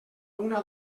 una